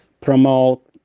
promote